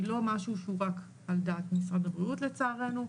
היא לא משהו שהוא רק על דעת משרד הבריאות לצערנו,